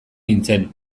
nintzen